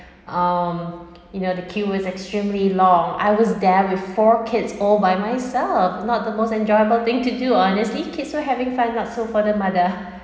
um you know the queues were extremely long I was there with four kids all by myself not the most enjoyable thing to do honestly kids were having fun not so for the mother